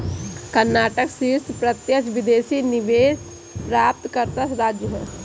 कर्नाटक शीर्ष प्रत्यक्ष विदेशी निवेश प्राप्तकर्ता राज्य है